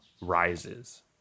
rises